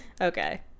Okay